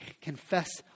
confess